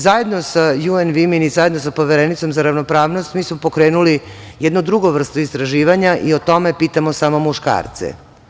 Zajedno sa JMV i zajedno sa Poverenicom za ravnopravnost smo pokrenuli jednu drugu vrstu istraživanja i o tome pitamo samo muškarce.